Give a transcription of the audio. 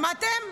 שמעתם?